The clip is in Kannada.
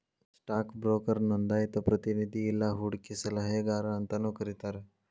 ಸ್ಟಾಕ್ ಬ್ರೋಕರ್ನ ನೋಂದಾಯಿತ ಪ್ರತಿನಿಧಿ ಇಲ್ಲಾ ಹೂಡಕಿ ಸಲಹೆಗಾರ ಅಂತಾನೂ ಕರಿತಾರ